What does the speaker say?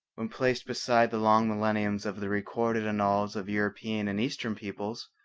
when placed beside the long millenniums of the recorded annals of european and eastern peoples,